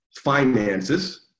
finances